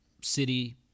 city